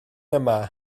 yma